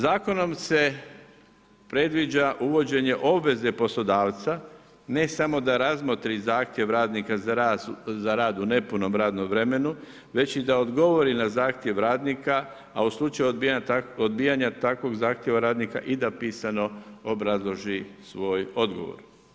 Zakonom se predviđa uvođenje obveze poslodavca ne samo da razmotri zahtjev radnika za rad u nepunom radnom vremenu, već i da odgovori na zahtjev radnika, a u slučaju odbijanja takvog zahtjeva radnika i da pisano obrazloži svoj odgovor.